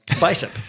Bicep